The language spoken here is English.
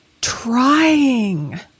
trying